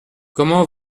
comment